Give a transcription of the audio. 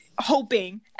hoping